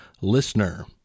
LISTENER